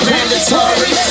Mandatory